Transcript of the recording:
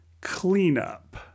cleanup